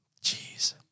Jeez